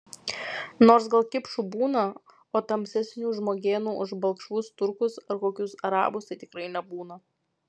nors gal kipšų būna o tamsesnių žmogėnų už balkšvus turkus ar kokius arabus tai tikrai nebūna